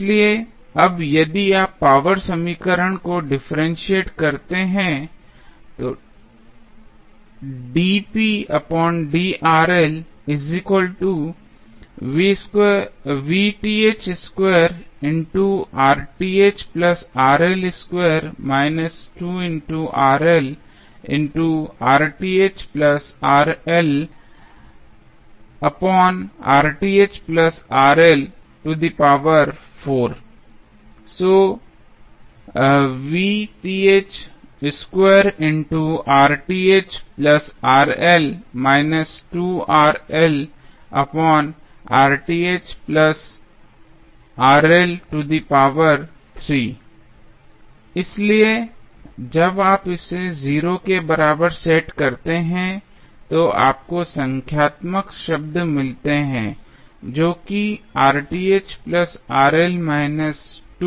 इसलिए अब यदि हम पावर समीकरण को डिफरेंशिएट करते हैं इसलिए जब आप इसे 0 के बराबर सेट करते हैं तो आपको संख्यात्मक शब्द मिलते हैं जो कि है